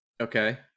Okay